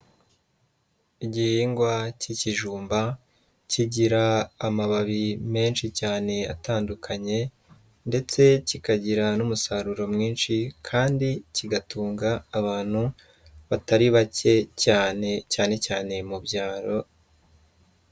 Igihingwa cy'ikijumba kigira amababi menshi cyane atandukanye ndetse kikagira n'umusaruro mwinshi kandi kigatunga abantu batari bake cyane, cyane cyane mu byaro.